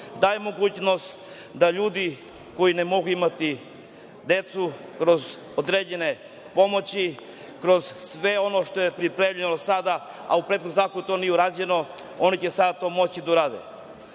daje mogućnost da ljudi koji ne mogu imati decu kroz određene pomoći, kroz sve ono što je pripremljeno sada, a u prethodnom zakonu to nije urađeno, oni će sada to moći da urade. Svi